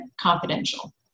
confidential